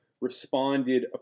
responded